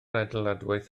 adeiladwaith